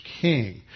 king